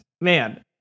Man